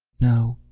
no.